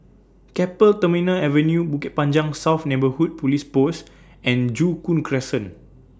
Keppel Terminal Avenue Bukit Panjang South Neighbourhood Police Post and Joo Koon Crescent